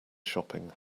shopping